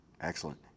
excellent